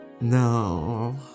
no